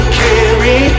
carry